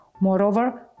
Moreover